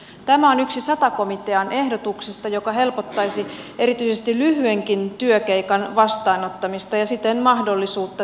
tämä on yksi sata komitean ehdotuksista ja se helpottaisi erityisesti lyhyenkin työkeikan vastaanottamista ja siten mahdollisuutta työllistyä